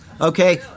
okay